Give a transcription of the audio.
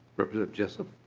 representative jessup